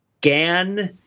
Gan